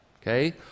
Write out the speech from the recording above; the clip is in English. okay